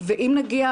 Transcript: ואם נגיע